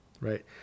right